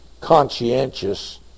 conscientious